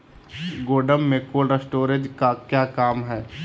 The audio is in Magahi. गोडम में कोल्ड स्टोरेज का क्या काम है?